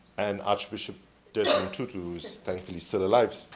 and arch bishop desmond tutu's thankfully still alive,